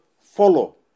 follow